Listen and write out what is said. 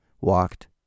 walked